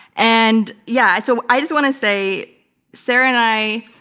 and yeah so i just want to say sarah and i,